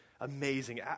amazing